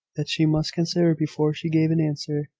that she must consider before she gave an answer.